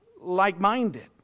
like-minded